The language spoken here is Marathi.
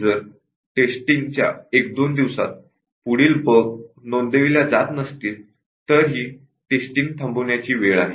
जर टेस्टिंगच्या एक दोन दिवसात पुढील बग नोंदविल्या जात नसतील तर ही टेस्टिंग थांबवण्याची वेळ आहे